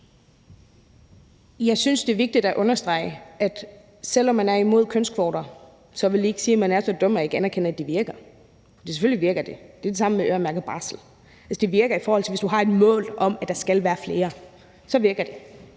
Jeg synes, det er vigtigt at understrege, at det, selv om man er imod kønskvoter, så ikke vil sige, at man er så dum ikke at anerkende, at de virker. For selvfølgelig virker de, og det er jo det samme med øremærket barsel. Det virker, i forhold til hvis du har et mål om, at der skal være flere. Så virker det.